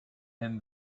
and